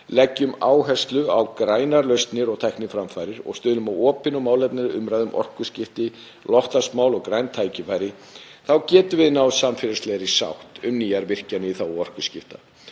leggjum áherslu á grænar lausnir og tækniframfarir og stuðlum að opinni og málefnalegri umræðu um orkuskipti, loftslagsmál og græn tækifæri, getum við náð samfélagslegri sátt um nýjar virkjanir í þágu orkuskipta.